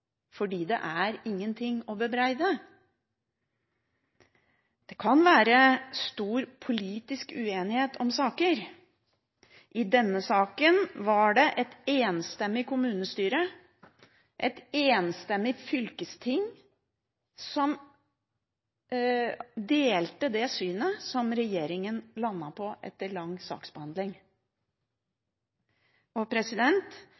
fordi det er ingenting å bebreide. Det kan være stor politisk uenighet om saker. I denne saken var det et enstemmig kommunestyre og et enstemmig fylkesting som delte det synet som regjeringen landet på etter lang